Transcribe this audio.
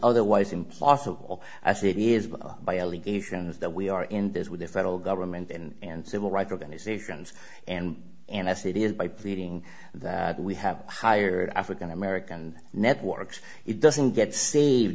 otherwise implausible as it is by allegations that we are in this with the federal government and civil rights organisations and and as it is by pleading that we have hired african american networks it doesn't get saved